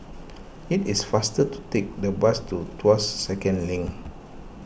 it is faster to take the bus to Tuas Second Link